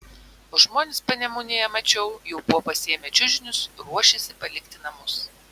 o žmonės panemunėje mačiau jau buvo pasiėmę čiužinius ruošėsi palikti namus